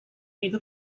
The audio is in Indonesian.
itu